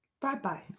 Bye-bye